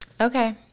Okay